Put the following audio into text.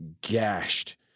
gashed